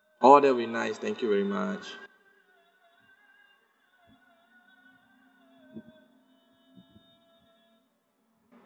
oh that'll be nice thank you very much